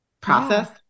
process